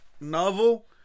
novel